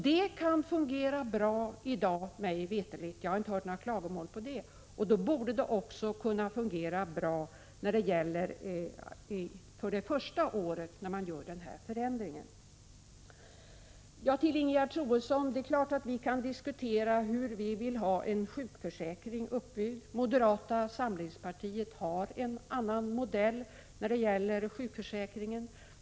Detta kan mig veterligt fungera bra i dag; jag har inte hört några klagomål i det avseendet. Då borde det också kunna fungera bra det första året när man gör den här förändringen. Till Ingegerd Troedsson vill jag säga att det är klart att vi kan diskutera hur vi vill ha en sjukförsäkring uppbyggd. Moderata samlingspartiet har en annan modell när det gäller sjukförsäkringen.